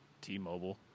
T-Mobile